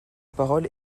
parole